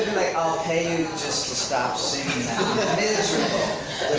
i'll pay you just to stop singing that miserable,